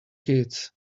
kids